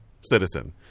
citizen